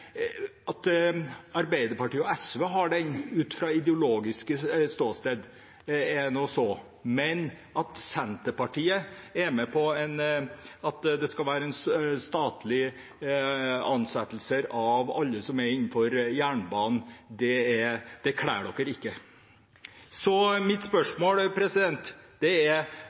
At Arbeiderpartiet og SV ut fra ideologisk ståsted vil det, er nå så, men at Senterpartiet er med på at det skal være statlige ansettelser av alle som jobber innenfor jernbanen, kler ikke Senterpartiet. Spørsmålet mitt er hva Senterpartiet vil gjøre for å utvikle jernbanen. Representanten Gunnes sier at jernbanen er